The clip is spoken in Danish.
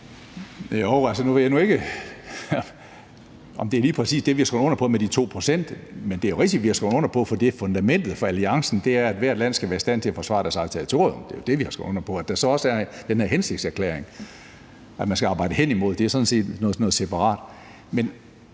Jeg ved nu ikke, om det lige præcis er det, vi har skrevet under på, altså det med de 2 pct. Men det er jo rigtigt, at vi har skrevet under på – for det er fundamentet for alliancen – at hvert land skal være i stand til at forsvare deres eget territorium. Det er det, vi har skrevet under på. At der så også er den her hensigtserklæring, man skal arbejde hen imod, er sådan set noget separat.